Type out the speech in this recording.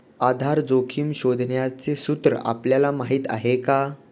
आधार जोखिम शोधण्याचे सूत्र आपल्याला माहीत आहे का?